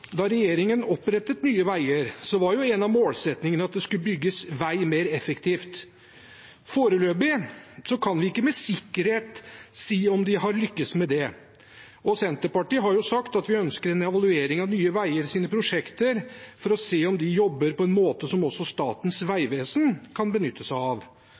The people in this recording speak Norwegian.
det skulle bygges vei mer effektivt. Foreløpig kan vi ikke med sikkerhet si om de har lyktes med det. Senterpartiet har sagt at vi ønsker en evaluering av Nye Veiers prosjekter for å se om de jobber på en måte som også Statens vegvesen kan benytte seg av.